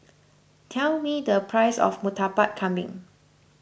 tell me the price of Murtabak Kambing